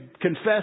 confess